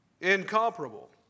incomparable